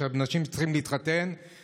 יש אנשים שצריכים להתחתן,